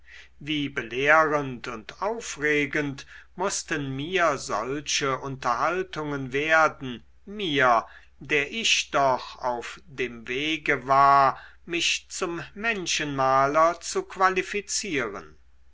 wie belehrend und aufregend mußten mir solche unterhaltungen werden mir der ich doch auch auf dem wege war mich zum menschenmaler zu qualifizieren